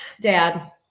Dad